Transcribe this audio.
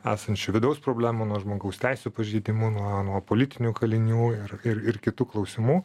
esančių vidaus problemų nuo žmogaus teisių pažeidimų nuo nuo politinių kalinių ir ir ir kitų klausimų